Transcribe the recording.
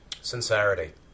sincerity